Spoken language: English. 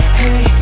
hey